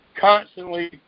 constantly